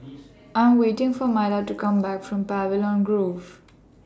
I Am waiting For Myla to Come Back from Pavilion Grove